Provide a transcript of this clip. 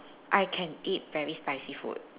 I can eat very spicy food